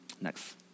Next